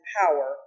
power